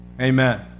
Amen